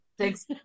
Thanks